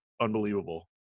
unbelievable